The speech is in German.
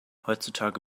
heutzutage